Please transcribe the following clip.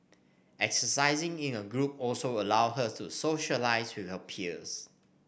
exercising in a group also allows her to socialise with her peers